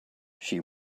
she